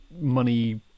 money